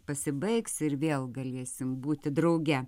pasibaigs ir vėl galėsim būti drauge